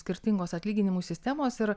skirtingos atlyginimų sistemos ir